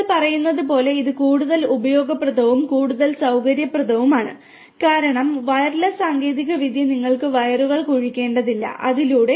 നിങ്ങൾ പറയുന്നതുപോലെ ഇത് കൂടുതൽ ഉപയോഗപ്രദവും കൂടുതൽ സൌകര്യപ്രദവുമാണ് കാരണം വയർലെസ് സാങ്കേതികവിദ്യ നിങ്ങൾക്ക് വയറുകൾ കുഴിക്കേണ്ടതില്ല അതിലൂടെ